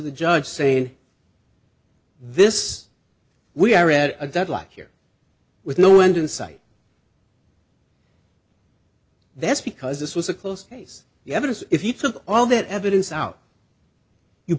the judge saying this we are at a deadlock here with no end in sight that's because this was a close case the evidence if you took all that evidence out you